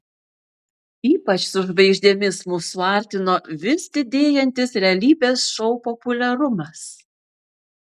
ypač su žvaigždėmis mus suartino vis didėjantis realybės šou populiarumas